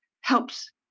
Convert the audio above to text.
helps